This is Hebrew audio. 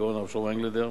הגאון שלמה אנגלנדר.